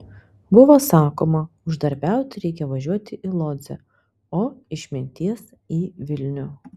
buvo sakoma uždarbiauti reikia važiuoti į lodzę o išminties į vilnių